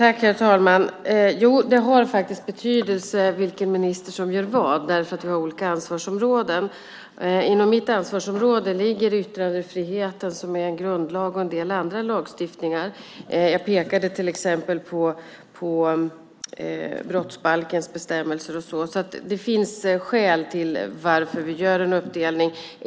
Herr talman! Jo, det har faktiskt betydelse vilken minister som gör vad, därför att vi har olika ansvarsområden. Inom mitt ansvarsområde ligger yttrandefriheten, som är en grundlag, och en del andra lagstiftningar. Jag pekade till exempel på brottsbalkens bestämmelser. Det finns alltså skäl till att vi gör en uppdelning.